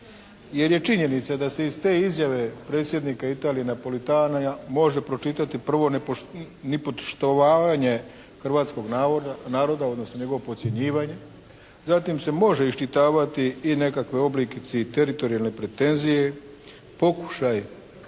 jer je činjenica da se iz te izjave Predsjednika Italije Napolitana može pročitati prvo, nipotštovavanje hrvatskog naroda odnosno njegovo potcjenjivanje. Zatim se može iščitavati i nekakvi oblici teritorijalne pretenzije, pokušaj govora